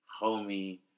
Homie